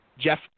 Jeff